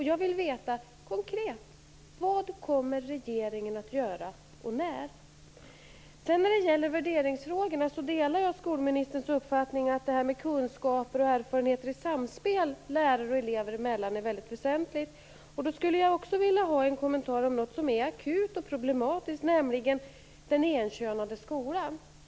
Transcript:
Jag vill veta konkret: Vad kommer regeringen att göra och när? När det gäller värderingsfrågorna delar jag skolministerns uppfattning att kunskaper och erfarenheter i samspel lärare och elever emellan är mycket väsentligt. I det sammanhanget skulle jag också vilja ha en kommentar om något som är akut och problematiskt, nämligen den enkönade skolan.